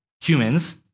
humans